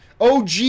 OG